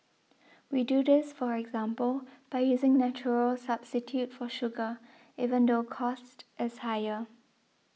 we do this for example by using natural substitute for sugar even though cost is higher